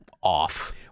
off